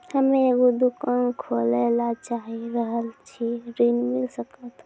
हम्मे एगो दुकान खोले ला चाही रहल छी ऋण मिल सकत?